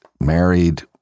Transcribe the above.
married